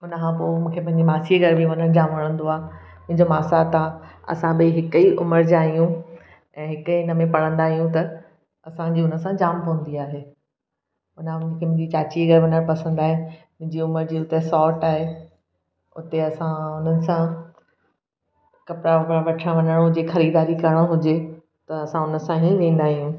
उन खां पोइ मूंखे पंहिंजी मासी घरु बि वञणु जामु वणंदो आहे मुंहिंजा मासात आहे असां ॿई हिकु ई उमिरि जा आहियूं ऐं हिकु इन में पढ़ंदा आहियूं त असांजी हुन सां जामु पवंदी आहे उन खां पोइ मूंखे मुंहिंजी चाची जे घरु वञणु पसंदि आहे मुंहिंजी उमिरि जी हुते सौटु आहे हुते असां हुननि सां कपिड़ा वपड़ा वठणु वञिणो हुजे ख़रीदारी करणु हुजे त असां उन सां ई वेंदा आहियूं